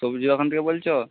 সবজির ওখান থেকে বলছ